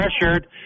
pressured